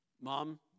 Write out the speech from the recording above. mom